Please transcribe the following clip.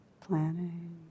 planning